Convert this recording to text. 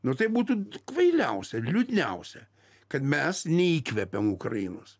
nu tai būtų kvailiausia liūdniausia kad mes neįkvepiam ukrainos